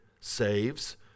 saves